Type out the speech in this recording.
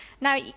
Now